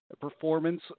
performance